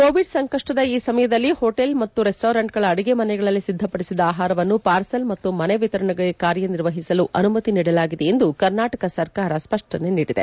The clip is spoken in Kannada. ಕೋವಿಡ್ ಸಂಕಷ್ಲದ ಈ ಸಮಯದಲ್ಲಿ ಹೋಟೆಲ್ಗಳಲ್ಲಿ ಮತ್ತು ರೆಸ್ಸೋರೆಂಟ್ಗಳ ಅಡಿಗೆ ಮನೆಗಳಲ್ಲಿ ಸಿದ್ದ ಪದಿಸಿದ ಆಹಾರವನ್ನು ಪಾರ್ಸಲ್ ಮತ್ತು ಮನೆ ವಿತರಣೆಗೆ ಕಾರ್ಯನಿರ್ವಹಿಸಲು ಅನುಮತಿ ನೀಡಲಾಗಿದೆ ಎಂದು ಕರ್ನಾಟಕ ಸರ್ಕಾರ ಸ್ಪಷ್ಟನೆ ನೀಡಿದೆ